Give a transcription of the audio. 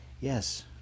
yes